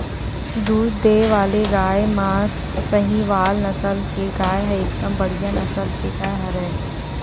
दूद देय वाले गाय म सहीवाल नसल के गाय ह एकदम बड़िहा नसल के गाय हरय